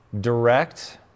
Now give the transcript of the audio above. direct